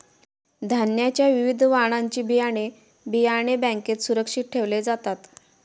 धान्याच्या विविध वाणाची बियाणे, बियाणे बँकेत सुरक्षित ठेवले जातात